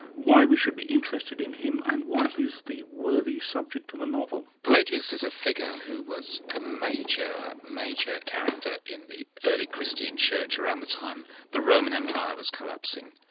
why we should be interested in him, and why he is the worthy subject of a novel? pelagius is a figure who was a major, major character in the early christian church, around the time the roman empire was collapsing.